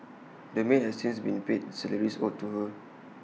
the maid has since been paid salaries owed to her